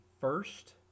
first